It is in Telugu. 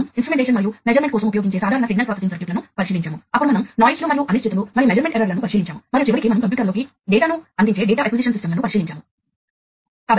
మరియు డిజిటల్ కమ్యూనికేషన్ నెట్వర్క్ కలిగి ఉండటం వల్ల కలిగే గొప్ప ప్రయోజనాల్లో ఒకటి ఇది డేటా లభ్యతను పెంచుతుంది